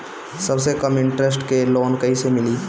सबसे कम इन्टरेस्ट के लोन कइसे मिली?